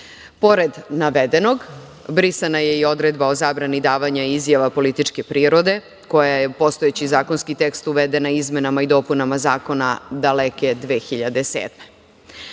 navedenog, brisana je i odredba o zabrani davanja izjava političke prirode, koja je u postojeći zakonski tekst uvedena izmenama i dopunama zakona daleke